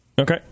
Okay